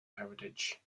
heritage